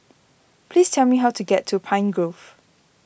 please tell me how to get to Pine Grove